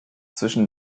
zwischen